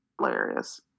hilarious